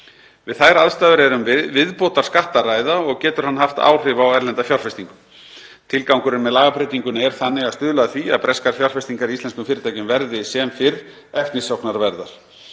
Við þær aðstæður er um viðbótarskatt að ræða og getur hann haft áhrif á erlenda fjárfestingu. Tilgangurinn með lagabreytingunni er þannig að stuðla að því að breskar fjárfestingar í íslenskum fyrirtækjum verði sem fyrr eftirsóknarverðar.